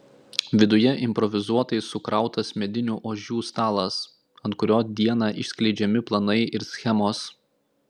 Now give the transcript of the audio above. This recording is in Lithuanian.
viduje improvizuotai sukrautas medinių ožių stalas ant kurio dieną išskleidžiami planai ir schemos